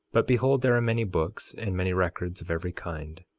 but behold, there are many books and many records of every kind,